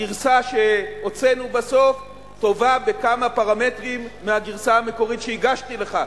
הגרסה שהוצאנו בסוף טובה בכמה פרמטרים מהגרסה המקורית שהגשתי לך.